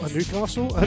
Newcastle